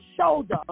shoulder